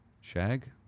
Shag